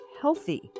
healthy